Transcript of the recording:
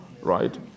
right